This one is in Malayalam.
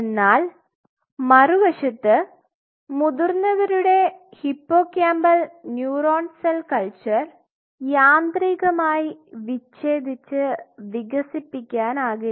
എന്നാൽ മറുവശത്ത് മുതിർന്നവരുടെ ഹിപ്പോകാമ്പൽ ന്യൂറോൺ സെൽ കൾച്ചർ യാന്ത്രികമായി വിച്ഛേദിച് വികസിപ്പിക്കാനാകില്ല